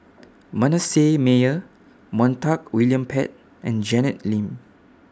Manasseh Meyer Montague William Pett and Janet Lim